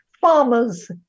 farmers